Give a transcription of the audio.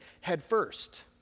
headfirst